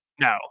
no